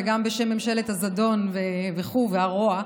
וגם בשם ממשלת הזדון והרוע וכו',